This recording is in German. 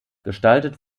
gestaltet